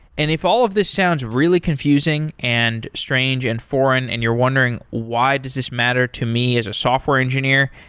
and if all of these sounds really confusing and strange and foreign and you're wondering why does this matter to me as a software engineer,